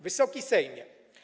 Wysoki Sejmie!